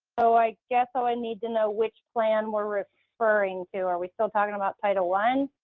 so i guess all i need to know which plan we're referring to. are we still talking about title one?